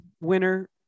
winner